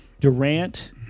Durant